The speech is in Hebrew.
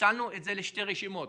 פיצלנו את זה לשתי רשימות,